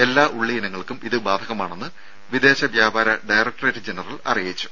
എല്ലാ ഉള്ളി ഇനങ്ങൾക്കും ഇത് ബാധകമാണെന്ന് വിദേശ വ്യാപാര ഡയറക്ട്രേറ്റ് ജനറൽ അറിയിച്ചു